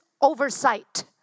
oversight